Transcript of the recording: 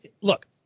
look